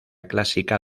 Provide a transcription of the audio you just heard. clásica